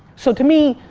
so to me,